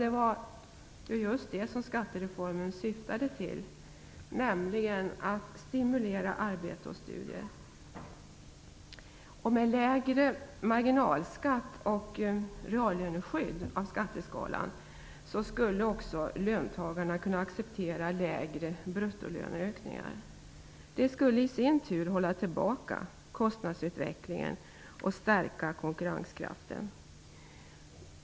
Det var just detta skattereformen syftade till, nämligen att stimulera arbete och studier. Med lägre marginalskatt och reallöneskydd av skatteskalan skulle också löntagarna kunna acceptera lägre bruttolöneökningar. Det skulle i sin tur hålla tillbaka kostnadsutvecklingen och stärka konkurrenskraften.